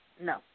no